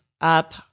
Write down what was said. up